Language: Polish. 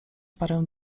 parę